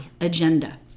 agenda